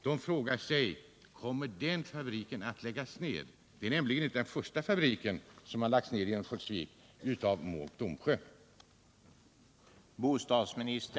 De frågar sig: Kommer den fabriken att läggas ner? Det är nämligen i så fall inte den första fabrik som har lagts ner i Örnsköldsvik av Mo och Domsjö.